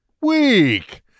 Weak